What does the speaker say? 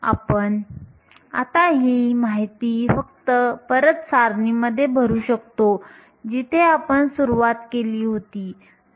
आपण आता ही माहिती परत सारणीमध्ये भरू शकतो जिथे आपण सुरुवात केली होती